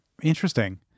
interesting